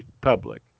public